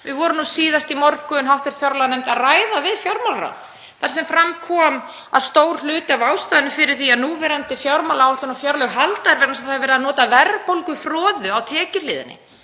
Við vorum síðast í morgun, hv. fjárlaganefnd, að ræða við fjármálaráðherra þar sem fram kom að stór hluti af ástæðunni fyrir því að núverandi fjármálaáætlun og fjárlög halda er það að verið er að nota verðbólgufroðu á tekjuhliðinni.